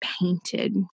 painted